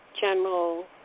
general